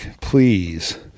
please